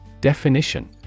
Definition